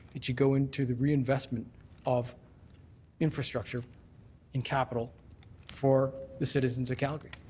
it should go into the reinvestment of infrastructure in capital for the citizens of calgary.